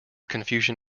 confusion